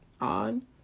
on